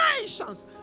Nations